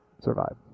survive